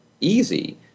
easy